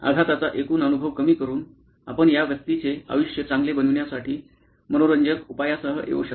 आघाताचा एकूण अनुभव कमी करून आपण या व्यक्तीचे आयुष्य चांगले बनविण्यासाठी मनोरंजक उपायांसह येऊ शकता